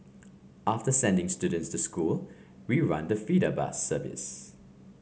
after sending students to school we run the feeder bus service